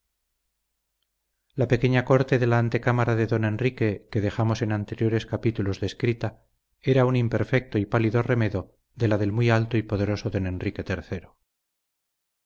la pequeña corte de la antecámara de don enrique que dejamos en anteriores capítulos descrita era un imperfecto y pálido remedo de la del muy alto y poderoso don enrique